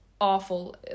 awful